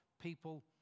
people